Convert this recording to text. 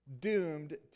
doomed